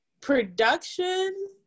production